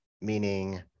meaning